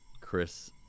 Chris